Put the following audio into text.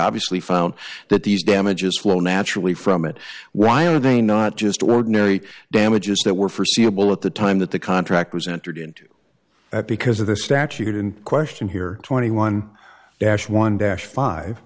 obviously found that these damages flow naturally from it why are they not just ordinary damages that were forseeable at the time that the contract was entered into because of the statute in question here twenty one dash one dash five